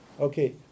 okay